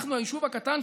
אנחנו יישוב קטן,